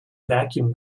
vacuum